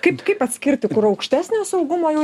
kaip kaip atskirti kur aukštesnio saugumo jau